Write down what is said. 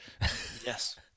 Yes